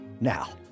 Now